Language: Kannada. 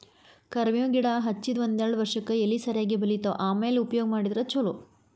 ಕರ್ಮೇವ್ ಗಿಡಾ ಹಚ್ಚದ ಒಂದ್ಯಾರ್ಡ್ ವರ್ಷಕ್ಕೆ ಎಲಿ ಸರಿಯಾಗಿ ಬಲಿತಾವ ಆಮ್ಯಾಲ ಉಪಯೋಗ ಮಾಡಿದ್ರ ಛಲೋ